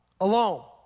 alone